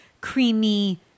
creamy